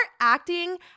acting